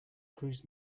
cruise